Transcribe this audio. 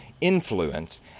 influence